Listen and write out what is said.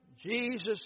Jesus